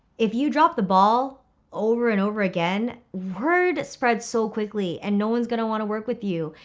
if you drop the ball over and over again, word spreads so quickly and no one's gonna want to work with you.